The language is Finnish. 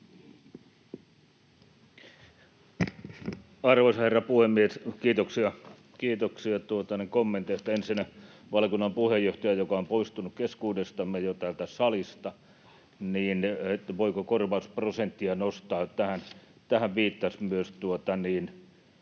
Arvoisa herra puhemies! Kiitoksia kommenteista. — Ensinnä valiokunnan puheenjohtaja — joka on poistunut keskuudestamme jo täältä salista — kysyi, voiko korvausprosenttia nostaa, ja tähän viittasi myös